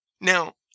Now